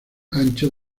ancho